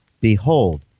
Behold